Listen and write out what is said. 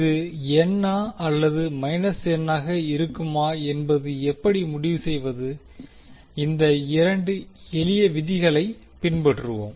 இது ஆ அல்லது ஆக இருக்குமா என்பதை எப்படி முடிவு செய்வது இந்த 2 எளிய விதிகளைப் பின்பற்றுவோம்